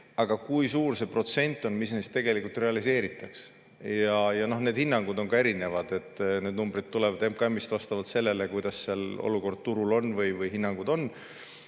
Aga kui suur see protsent on, mis neist tegelikult realiseeritaks? Need hinnangud on erinevad. Need numbrid tulevad MKM-ist vastavalt sellele, kuidas olukord turul on või hinnangud on.